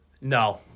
no